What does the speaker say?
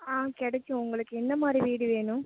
ஆ கிடைக்கும் உங்களுக்கு எந்த மாதிரி வீடு வேணும்